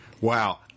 Wow